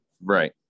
right